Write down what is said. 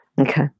Okay